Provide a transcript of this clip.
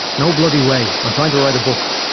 no bloody way, i'm trying to write a book!